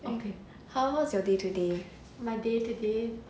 okay how hows your day today